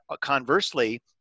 conversely